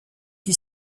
qui